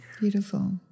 Beautiful